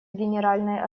генеральной